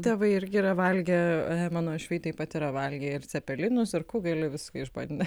tėvai irgi yra valgę he mano uošviai taip pat yra valgę ir cepelinus ir kugelį viską išbandę